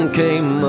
came